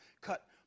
cut